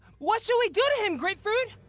what should we do to him, grapefruit?